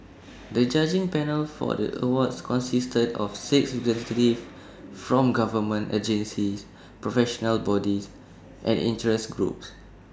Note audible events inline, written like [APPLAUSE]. the judging panel for the awards consisted of six [UNINTELLIGIBLE] from government agencies professional bodies and interest groups